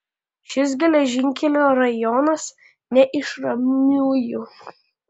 šis geležinkelio rajonas ne iš ramiųjų